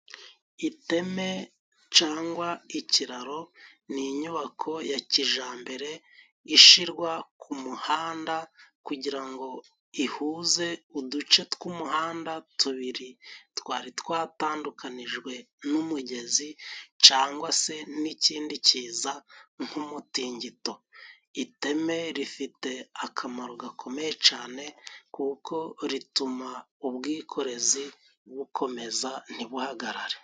Iteme cangwa ikiraro, ni inyubako ya kijambere ishirwa ku muhanda kugira ngo ihuze uduce tw'umuhanda tubiri twari twatandukanijwe n'umugezi cangwa se n'ikindi kiza nk'umutingito. Iteme rifite akamaro gakomeye cane kuko rituma ubwikorezi bukomeza ntibuhagarare.